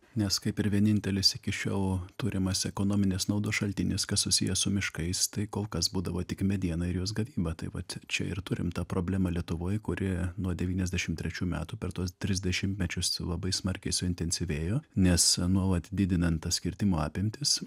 nes kaip ir vienintelis iki šiol turimas ekonominės naudos šaltinis kas susiję su miškais tai kol kas būdavo tik mediena ir jos gavyba taip vat čia ir turim tą problemą lietuvoj kuri nuo devyniadešim trečių metų per tuos tris dešimtmečius labai smarkiai suintensyvėjo nes nuolat didinan tas kirtimų apimtis